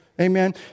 Amen